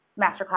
Masterclass